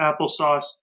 applesauce